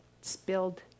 spilled